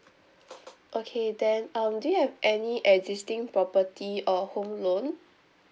okay then um do you have any existing property or home loan